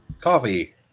Coffee